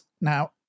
Now